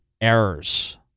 errors